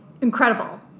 incredible